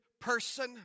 person